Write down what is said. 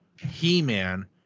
He-Man